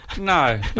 No